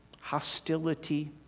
hostility